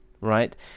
right